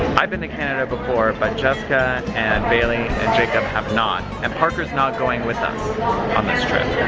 i've been to canada before, but jessica and bailey and jacob have not. and parker's not going with us on this trip.